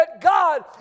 God